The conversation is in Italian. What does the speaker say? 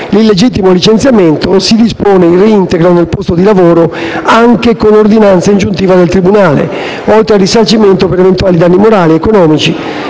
l'illegittimo licenziamento, si dispone il reintegro nel posto di lavoro, anche con ordinanza ingiuntiva del tribunale, oltre al risarcimento per eventuali danni morali, economici